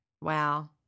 wow